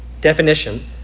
Definition